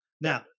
now